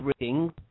Reading